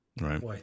right